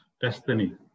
destiny